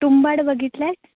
तुंबाड बघितला आहे